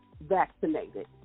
vaccinated